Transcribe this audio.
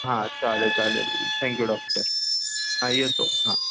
हां चालेल चालेल थँक्यू डॉक्टर हा येतो हां